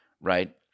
right